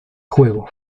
juego